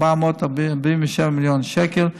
447 מיליון שקל,